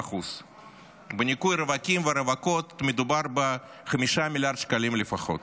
ב-30% בניכוי רווקים ורווקות מדובר ב-5 מיליארד שקלים לפחות.